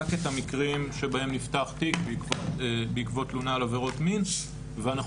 את המקרים שבהם נפתח תיק בעקבות תלונה על עבירת מין ואנחנו